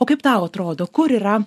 o kaip tau atrodo kur yra